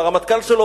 והרמטכ"ל שלו,